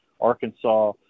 Arkansas